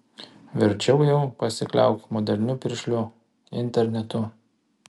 verčiau jau pasikliauk moderniu piršliu internetu